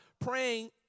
praying